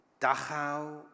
Dachau